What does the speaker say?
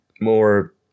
more –